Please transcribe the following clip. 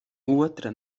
otra